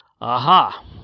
Aha